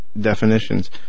definitions